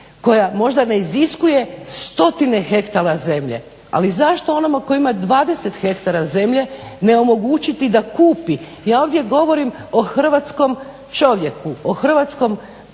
koja možda ne iziskuje stotine hektara zemlje? Ali zašto onome koji ima 20 hektara zemlje ne omogućiti da kupi. Ja ovdje govorim o hrvatskom čovjeku, o hrvatskom